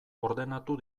ordenatu